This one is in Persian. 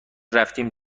رفتیم